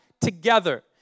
together